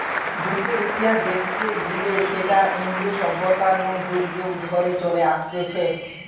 জুটের ইতিহাস দেখতে গিলে সেটা ইন্দু সভ্যতা নু যুগ যুগ ধরে চলে আসছে